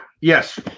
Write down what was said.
Yes